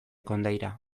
kondaira